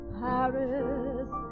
Paris